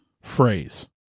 phrase